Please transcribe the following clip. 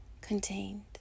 contained